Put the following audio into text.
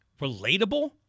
relatable